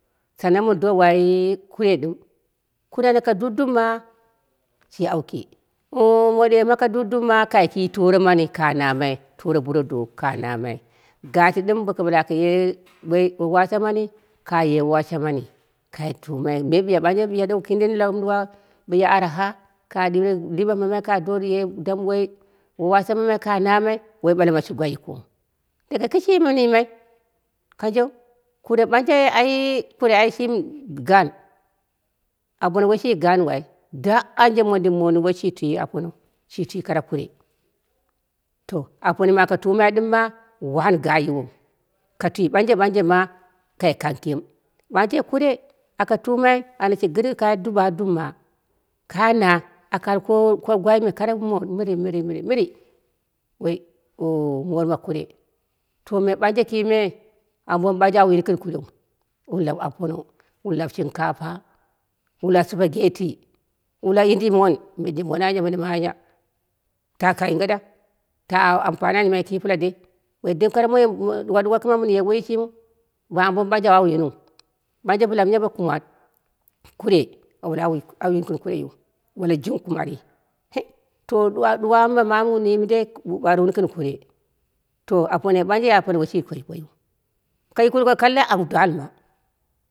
Sannan mɨn do wai kure ɗɨm kurei me ka duedumma shi auki oo moɗoi ma ka dupdumma kai ki toro mani ka namai toro burodok ka namai, gati ɗɨm boka ɓale aka ye woi waarasha mani kaye wawasha mani kai tumai me ɓiya ɓanje ɓiya ɗou kindini duwa arha ka do dire liɓe mmai ka do ye dam woi wawasha mamai aka namai woi ɓala suga yikɨu, daga kɨshi mi mɨn yimai kanjen kure banje ai kure shimi gaan, apono woi shi gaanɨu ai da ɓanje mondin man nini woi shi twi aponou shi twi kare kure, to apono mɨ aka tumai ɗɨmma wani a yiwou ka twi ɓanje ɓanje ma kai kang kiim ɓanje kure aka tumai ana ka gɨryi kai duɓdumma kai na aka al ko gwaine koro moot mɨrii mɨrii mɨrii oh woi moot ma kure. To me ɓanje kime ambo mɨ ɓan je an yini gɨn kureu, wun laɓ apono wun lab shinkapa, wun lab supageti wun lab yiclimon yidimon mɨndei anya mɨnimi anya ta ka yinge ɗa ta ama anii an yima ki pɨla dei woidem koro moi ɗuwa ɗuwa kɨma mɨn ye woi yi shimin, bo ambo mɨ ɓanje an yiniu, ɓanje bɨlamu yambe kumat kure a ɓale auyini gɨn kureiyiu wu ɓale jung kumarii to hi to ɗuwa ɗu wa ambo mamu wu ɓarɨwu gɨn mɗndai wu ɓarɨwu gɨn kure to aponoi ɓanje woi shi kɨrkoiyin ka yukuroko kalla au dwalɨma